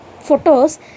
photos